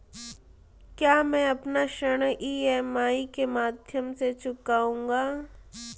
क्या मैं अपना ऋण ई.एम.आई के माध्यम से चुकाऊंगा?